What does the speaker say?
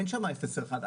אין שם אפס או אחד.